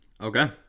Okay